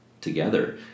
together